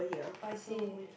I see